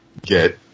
get